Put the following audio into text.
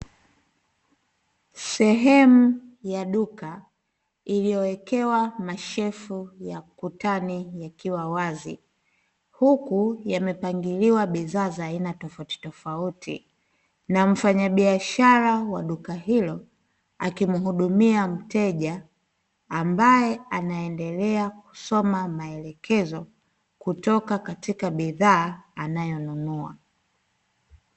Sehemu ya duka iliyowekewa mashelfu ya ukutani yakiwa wazi huku yamepangiliwa bidhaa za aina tofautitofauti. Na mfanyabiashara wa duka hilo akimhudumia mteja ambaye anaendelea kusoma maelekezo kutoka katika bidhaa anayonunua.